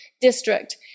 district